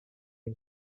him